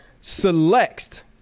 selects